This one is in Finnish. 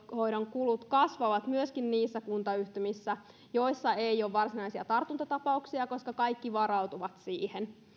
kulut kasvavat myöskin niissä kuntayhtymissä joissa ei ole varsinaisia tartuntatapauksia koska kaikki varautuvat siihen